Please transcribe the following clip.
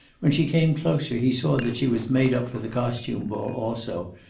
when she came closer he saw that she was made up for the costume ball also,